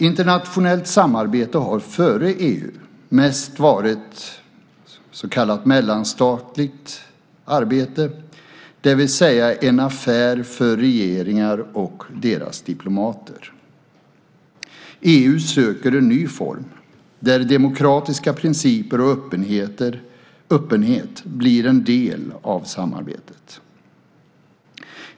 Internationellt samarbete före EU har mest varit så kallat mellanstatligt arbete, det vill säga en affär för regeringar och deras diplomater. EU söker en ny form där demokratiska principer och öppenhet blir en del av samarbetet.